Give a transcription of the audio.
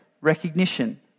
recognition